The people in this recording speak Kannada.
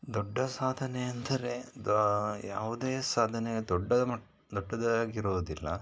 ದೊಡ್ಡ ಸಾಧನೆ ಅಂದರೆ ಯಾವುದೇ ಸಾಧನೆ ದೊಡ್ಡ ಮ ದೊಡ್ಡದಾಗಿರೋದಿಲ್ಲ